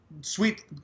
sweet